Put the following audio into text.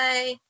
Bye